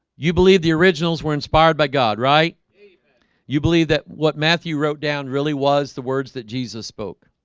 you believe the originals were inspired by god, right you believe that what matthew wrote down really was the words that jesus spoke